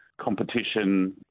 competition